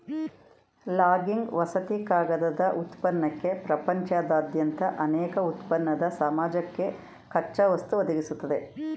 logging ವಸತಿ ಕಾಗದ ಉತ್ಪನ್ನಕ್ಕೆ ಪ್ರಪಂಚದಾದ್ಯಂತ ಅನೇಕ ಉತ್ಪನ್ನದ್ ಸಮಾಜಕ್ಕೆ ಕಚ್ಚಾವಸ್ತು ಒದಗಿಸ್ತದೆ